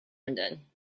london